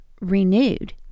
renewed